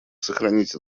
сохранить